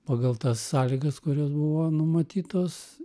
pagal tas sąlygas kurios buvo numatytos